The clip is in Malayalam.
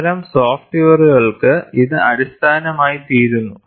അത്തരം സോഫ്റ്റ്വെയറുകൾക്ക് ഇത് അടിസ്ഥാനമായിത്തീരുന്നു